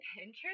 Pinterest